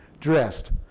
dressed